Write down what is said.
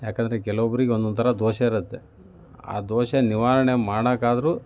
ಯಾಕೆಂದ್ರೆ ಕೆಲವೊಬ್ರಿಗೆ ಒಂದೊಂದು ಥರ ದೋಷ ಇರುತ್ತೆ ಆ ದೋಷ ನಿವಾರಣೆ ಮಾಡೋಕ್ಕಾದ್ರೂ